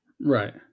Right